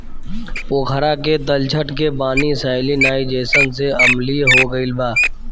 पोखरा के तलछट के पानी सैलिनाइज़ेशन से अम्लीय हो गईल बा